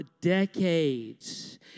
decades